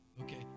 Okay